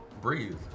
breathe